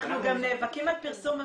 אנחנו גם נאבקים על פרסום השם.